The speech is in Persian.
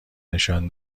نشان